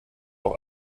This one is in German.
auch